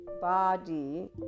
body